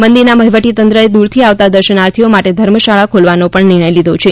મંદિરના વહીવટીતંત્રે દૂરથી આવતા દર્શનાર્થીઓ માટે ધર્મશાળા ખોલવાનો પણ નિર્ણય લીધો છે